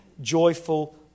joyful